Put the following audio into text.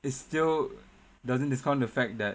it still doesn't discount the fact that